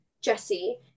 Jesse